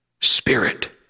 spirit